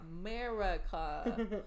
America